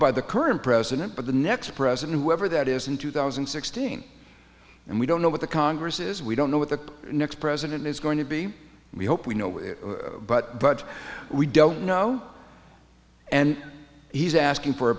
by the current president but the next president whoever that is in two thousand and sixteen and we don't know what the congress is we don't know what the next president is going to be we hope we know but but we don't know and he's asking for a